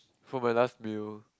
for my last meal